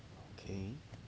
okay